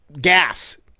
gas